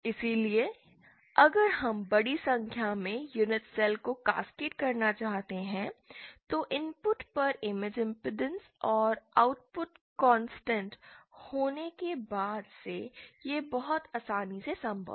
इसलिए अगर हम बड़ी संख्या में यूनिट सेल्स को कैसकेड करना चाहते हैं तो इनपुट पर इमेज इम्पीडेंस और आउटपुट कॉन्स्टेंट होने के बाद से यह बहुत आसानी से संभव है